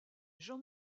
jean